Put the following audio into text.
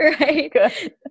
Right